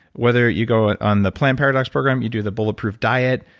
whether you go on the planned paradox program, you do the bulletproof diet,